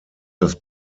das